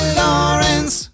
lawrence